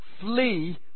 flee